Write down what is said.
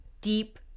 deep